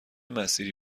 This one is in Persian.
مسیری